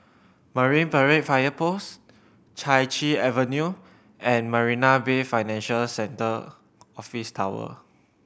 Marine Parade Fire Post Chai Chee Avenue and Marina Bay Financial Centre Office Tower